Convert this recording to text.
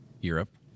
europe